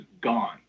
gone